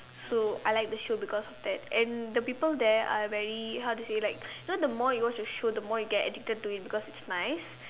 so I like the show because of that and the people there are very how to say like you know the more you watch the show the more you get addicted to it because it is nice